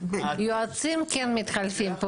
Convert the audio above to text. יועצים כן מתחלפים.